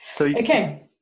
Okay